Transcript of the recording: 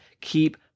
keep